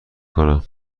کنم